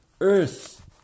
earth